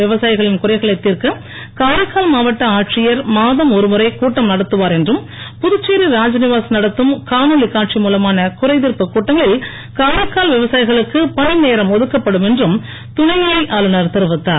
விவசாயிகளின் குறைகளை தீர்க்க காரைக்கால் மாவட்ட ஆட்சியர் மாதம் ஒரு முறை கூட்டம் நடத்துவார் என்றும் புதுச்சேரி ராஜ்நிவாஸ் நடத்தும் காணொளி காட்சி மூலமான குறைதீர்ப்பு கூட்டங்களில் காரைக்கால் விவசாயிகளுக்கு பணி நேரம் ஒதுக்கப்படும் என்றும் துணை நிலை ஆளுநர் தெரிவித்தார்